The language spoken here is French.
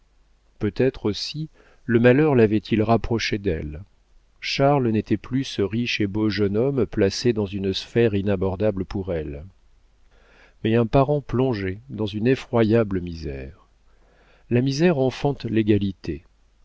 peut-être aussi le malheur l'avait-il rapproché d'elle charles n'était plus ce riche et beau jeune homme placé dans une sphère inabordable pour elle mais un parent plongé dans une effroyable misère la misère enfante l'égalité